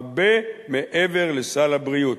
הרבה מעבר לסל הבריאות.